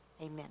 Amen